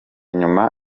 nyuma